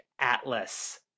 atlas